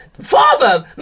Father